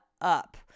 up